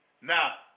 Now